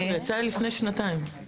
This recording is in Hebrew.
כבר יצא לפני שנתיים.